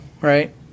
right